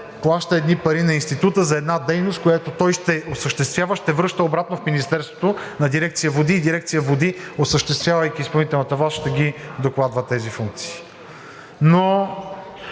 плаща едни пари на Института за една дейност, която ще осъществява, ще връща обратно в Министерството на Дирекция „Води“ и Дирекция „Води“, осъществявайки изпълнителната власт, ще докладва тези функции. Но